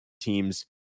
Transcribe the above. teams